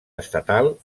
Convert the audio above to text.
estatal